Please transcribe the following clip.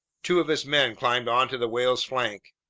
two of his men climbed onto the whale's flank,